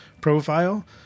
profile